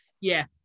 Yes